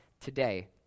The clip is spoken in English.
today